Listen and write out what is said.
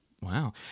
Wow